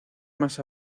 más